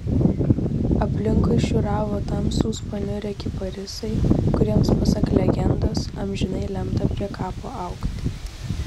aplinkui šiūravo tamsūs paniurę kiparisai kuriems pasak legendos amžinai lemta prie kapo augti